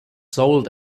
sold